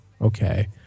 okay